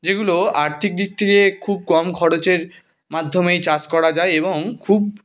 যেগুলো আর্থিক দিক থেকে খুব কম খরচের মাধ্যমেই চাষ করা যায় এবং খুব